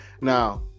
Now